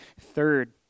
Third